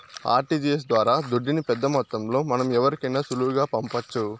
RTGS ద్వారా దుడ్డుని పెద్దమొత్తంలో మనం ఎవరికైనా సులువుగా పంపొచ్చు